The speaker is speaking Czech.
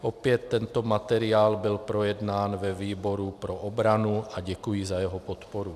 Opět tento materiál byl projednán ve výboru pro obranu a děkuji za jeho podporu.